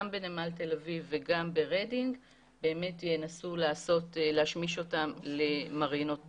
בנמל תל אביב וגם ברידינג ינסו להשמיש אותן למרינות חדשות.